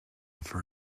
for